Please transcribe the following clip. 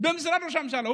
במשרד ראש הממשלה.